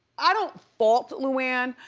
i don't fault luann,